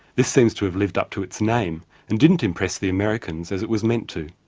this seems to have lived up to its name and didn't impress the americans as it was meant to.